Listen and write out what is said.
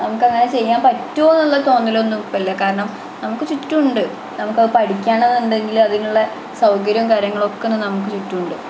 നമുക്ക് അങ്ങനെ ചെയ്യാമ്പറ്റുമോ എന്നുള്ള തോന്നലൊന്നും ഇപ്പം ഇല്ല കാരണം നമുക്ക് ചുറ്റുമുണ്ട് നമുക്ക് അത് പഠിക്കണമെന്നുണ്ടെങ്കിൽ അതിനുള്ള സൗകര്യവും കാര്യങ്ങളൊക്കെ തന്നെ നമുക്ക് ചുറ്റുമുണ്ട്